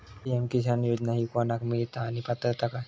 PM Kisan योजना ही कोणाक मिळता आणि पात्रता काय?